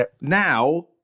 Now